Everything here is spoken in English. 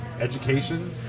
education